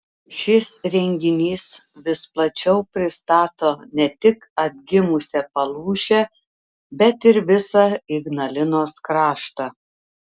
šis renginys vis plačiau pristato ne tik atgimusią palūšę bet ir visą ignalinos kraštą